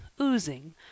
oozing